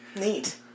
Neat